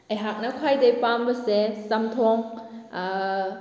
ꯑꯩꯍꯥꯛꯅ ꯈ꯭ꯋꯥꯏꯗꯩ ꯄꯥꯝꯕꯁꯦ ꯆꯝꯊꯣꯡ